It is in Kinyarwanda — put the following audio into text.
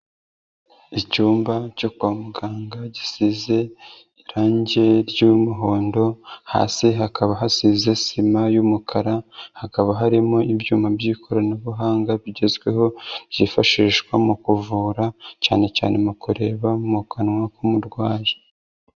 Icyumba cyo kwa muganga gisize irange ry'umuhondo, hasi hakaba hasize sima y'umukara, hakaba harimo ibyuma by'ikoranabuhanga bigezweho byifashishwa mu kuvura cyane cyane mu kureba mu kanwa k'umurwayi.